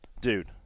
dude